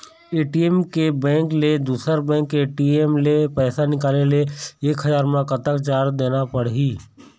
ATM के bank ले दुसर बैंक के ए.टी.एम ले पैसा निकाले ले एक हजार मा कतक चार्ज देना पड़ही?